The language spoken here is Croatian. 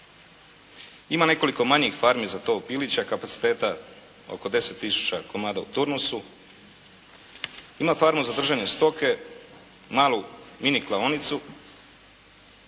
ima nekoliko manjih farmi za tov pilića kapaciteta oko 10 tisuća komada u turnusu, ima farma za držanje stoke, malu mini klaonicu,